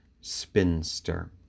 spinster